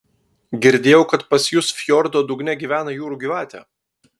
girdėjau kad pas jus fjordo dugne gyvena jūrų gyvatė